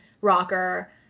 Rocker